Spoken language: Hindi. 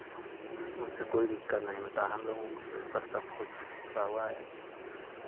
उससे कोई दिक्कत नहीं होता हम लोगों को ऊपर सब कुछ अथुआ हुआ है